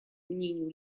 мнению